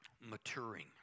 Maturing